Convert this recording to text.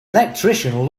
electrician